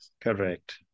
Correct